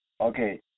Okay